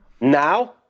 Now